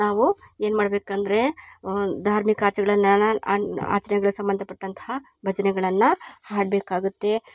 ನಾವು ಏನ್ಮಾಡಬೇಕಂದ್ರೆ ಧಾರ್ಮಿಕ ಆಚರಣೆ ಆಚರಣೆಗಳ ಸಂಬಂಧಪಟ್ಟಂತಹ ಭಜನೆಗಳನ್ನ ಹಾಡಬೇಕಾಗುತ್ತೆ